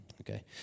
Okay